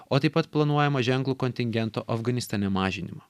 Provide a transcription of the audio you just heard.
o taip pat planuojamą ženklų kontingento afganistane mažinimą